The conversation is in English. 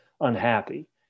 unhappy